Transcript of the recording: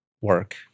work